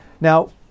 now